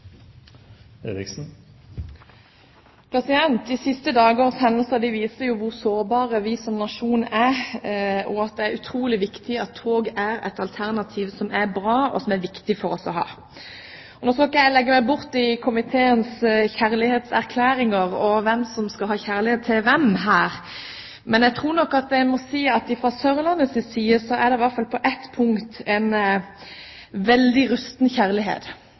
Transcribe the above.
meg. De siste dagers hendelser viser hvor sårbare vi er som nasjon, og at det er utrolig viktig at tog er et bra alternativ som det er viktig for oss å ha. Nå skal ikke jeg legge meg bort i komiteens kjærlighetserklæringer og hvem som skal ha kjærlighet til hvem her. Men jeg tror nok jeg må si at fra Sørlandets side er det i hvert fall på ett punkt en veldig rusten kjærlighet